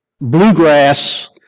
bluegrass